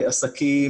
עסקים,